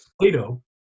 Plato